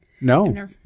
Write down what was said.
No